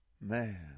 Man